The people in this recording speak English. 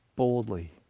boldly